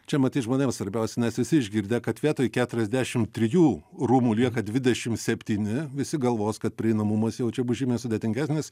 čia matyt žmonėm svarbiausia nes visi išgirdę kad vietoj keturiasdešim trijų rūmų lieka dvidešim septyni visi galvos kad prieinamumas jau čia bus žymiai sudėtingesnis